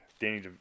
Danny